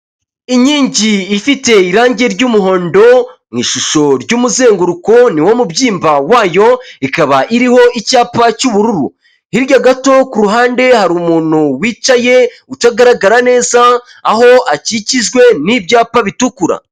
Inkingi ifite irangi ry'umuhondo mu ishusho ry'umuzenguruko niwo mubyimba wayo, ikaba iriho icyapa cy'ubururu hirya gato ku ruhande hari umuntu wicaye utagaragara neza, aho akikijwe n'ibyapa bitukura.